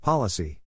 Policy